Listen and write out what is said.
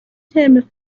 ترم